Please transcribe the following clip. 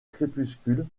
crépuscule